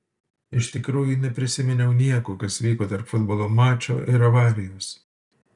iš tikrųjų neprisiminiau nieko kas vyko tarp futbolo mačo ir avarijos